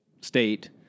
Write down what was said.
state